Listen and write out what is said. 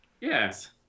Yes